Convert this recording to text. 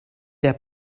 der